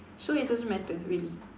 so it doesn't matter really